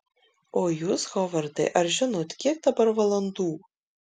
o jūs hovardai ar žinot kiek dabar valandų